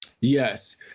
Yes